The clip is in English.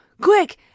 Quick